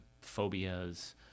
phobias